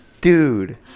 Dude